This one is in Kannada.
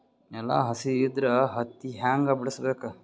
ನೆಲ ಹಸಿ ಇದ್ರ ಹತ್ತಿ ಹ್ಯಾಂಗ ಬಿಡಿಸಬೇಕು?